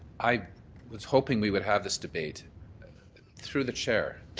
i was hoping we would have this debate through the chair.